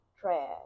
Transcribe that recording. trash